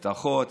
את האחות,